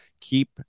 keep